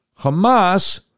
Hamas